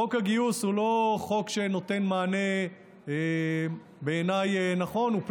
חוק הגיוס הוא לא חוק שנותן מענה נכון, בעיניי.